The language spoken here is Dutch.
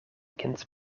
kind